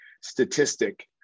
statistic